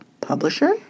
publisher